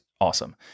awesome